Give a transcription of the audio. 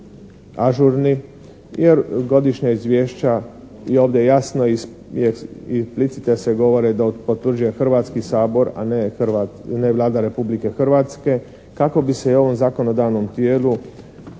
ažurni jer godišnja izvješća i ovdje jasno i explicite se govore da potvrđuje Hrvatski sabor, a ne Vlada Republike Hrvatske kako bi se i u ovom zakonodavnom tijelu